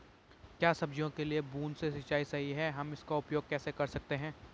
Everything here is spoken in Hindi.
क्या सब्जियों के लिए बूँद से सिंचाई सही है हम इसका उपयोग कैसे कर सकते हैं?